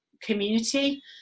community